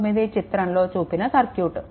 29 చిత్రంలో చూపిన సర్క్యూట్